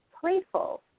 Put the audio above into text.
playful